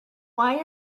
why